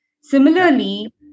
similarly